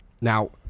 Now